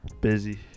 Busy